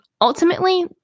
Ultimately